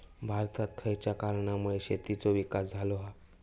भारतात खयच्या कारणांमुळे शेतीचो विकास झालो हा?